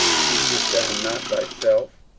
teachest thou not thyself?